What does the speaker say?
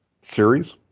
Series